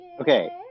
Okay